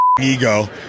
ego